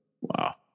Wow